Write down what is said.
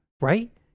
right